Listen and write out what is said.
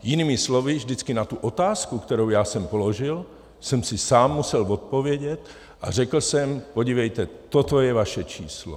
Jinými slovy, vždycky na tu otázku, kterou já jsem položil, jsem si sám musel odpovědět a řekl jsem: Podívejte, toto je vaše číslo.